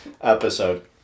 episode